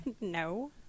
No